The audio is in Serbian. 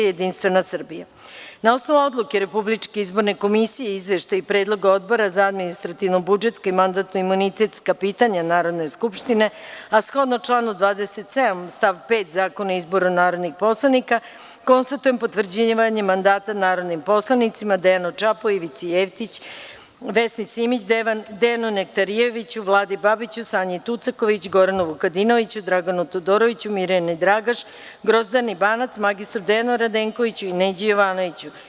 Na osnovu odluke RIK i izveštaja predloga Odbora za administrativno-budžetska i mandatno-imunitetska pitanja Narodne skupštine, a shodno članu 27. stav 5. Zakona o izboru narodnih poslanika, konstatujem potvrđivanje mandata narodnim poslanicima: Dejanu Čapu, Ivici Jevtiću, Vesni Simić, Dejanu Nektarijeviću, Vladi Babiću, Sanji Tucaković, Goranu Vukadinoviću, Draganu Todoroviću, Mirjani Dragaš, Grozdani Banac, mr Dejanu Radenkoviću i Neđi Jovanoviću.